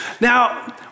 Now